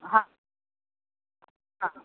हां हां